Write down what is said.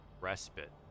respite